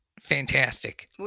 Fantastic